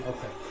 Okay